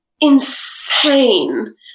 insane